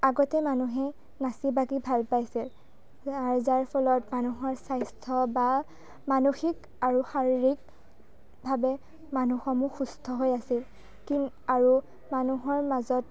আগতে মানুহে নাচি বাগি ভাল পাইছিল যাৰ ফলত মানুহৰ স্বাস্থ্য বা মানসিক আৰু শাৰীৰিকভাৱে মানুহসমূহ সুস্থ হৈ আছিল কিন আৰু মানুহৰ মাজত